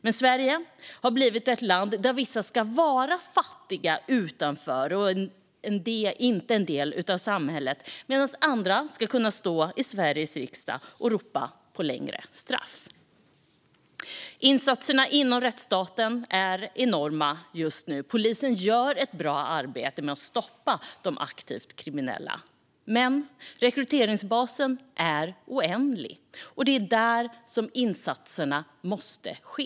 Men Sverige har blivit ett land där vissa ska vara fattiga, utanför och inte en del av samhället medan andra ska kunna stå i Sveriges riksdag och ropa på längre straff. Insatserna inom rättsstaten är enorma just nu. Polisen gör ett bra arbete med att stoppa de aktivt kriminella. Men rekryteringsbasen är oändlig, och det är där som insatserna måste ske.